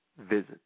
visits